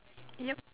ya